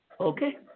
Okay